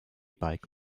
bike